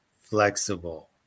flexible